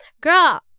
girl